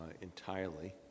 entirely